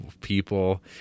people